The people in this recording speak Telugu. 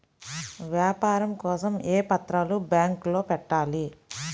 వ్యాపారం కోసం ఏ పత్రాలు బ్యాంక్లో పెట్టాలి?